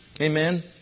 Amen